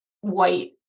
white